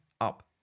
up